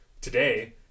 today